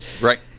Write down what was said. right